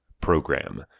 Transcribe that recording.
program